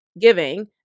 giving